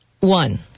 one